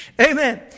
Amen